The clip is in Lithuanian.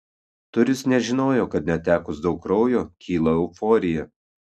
turis nežinojo kad netekus daug kraujo kyla euforija